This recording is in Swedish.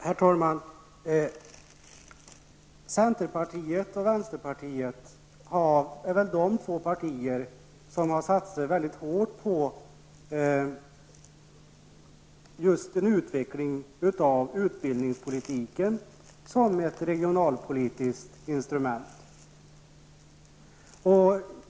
Herr talman! Centerpartiet och vänsterpartiet är de två partier som har satsat hårt på just en utveckling av utbildningspolitiken som ett regionalpolitiskt instrument.